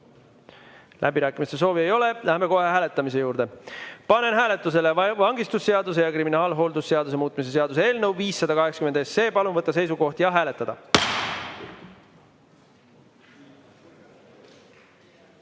Läbirääkimiste soovi ei ole. Läheme kohe hääletamise juurde. Panen hääletusele vangistusseaduse ja kriminaalhooldusseaduse muutmise seaduse eelnõu 580. Palun võtta seisukoht ja hääletada!